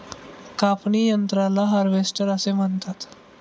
कापणी यंत्राला हार्वेस्टर असे म्हणतात